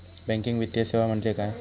Banking वित्तीय सेवा म्हणजे काय?